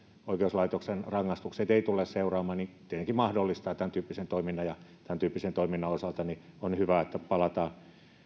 oikeuslaitoksen rangaistukset eivät tule seuraamaan tietenkin mahdollistaa tämän tyyppisen toiminnan tämän tyyppisen toiminnan osalta on hyvä että palataan